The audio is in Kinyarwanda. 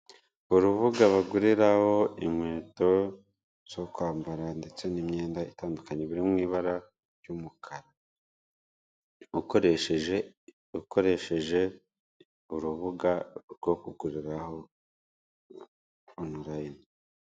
Urubuga baguriraho inkweto zo kwambara ndetse n'imyenda itandukanye biri mu ibara ry'umukara ukoresheje ukoresheje urubuga rwo kugurarira onurayini.